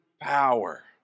power